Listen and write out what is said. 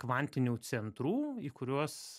kvantinių centrų į kuriuos